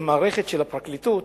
למערכת של הפרקליטות,